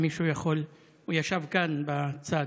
האם מישהו יכול, הוא ישב כאן, בצד.